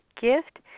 gift